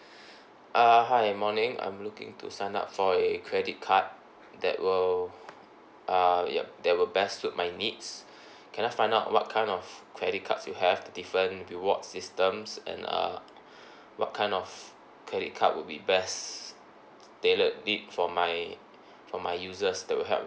err hi morning I'm looking to sign up for a credit card that will err yup that will best suit my needs can I find out what kind of credit cards you have the different rewards systems and err what kind of credit card will be best tailored need for my for my uses that will help